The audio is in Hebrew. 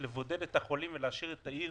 לבודד את החולים ולהשאיר את העיר